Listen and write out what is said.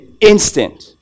instant